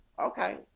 okay